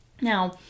Now